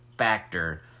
Factor